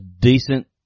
decent